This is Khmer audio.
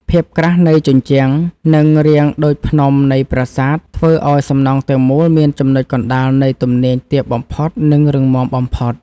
ភាពក្រាស់នៃជញ្ជាំង និង រាងដូចភ្នំនៃប្រាសាទធ្វើឱ្យសំណង់ទាំងមូលមានចំណុចកណ្តាលនៃទំនាញទាបបំផុត និង រឹងមាំបំផុត។